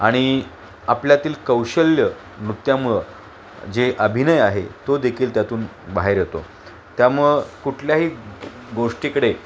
आणि आपल्यातील कौशल्य नृत्यामुळं जे अभिनय आहे तो देखील त्यातून बाहेर येतो त्यामुळं कुठल्याही गोष्टीकडे